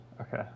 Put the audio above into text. Okay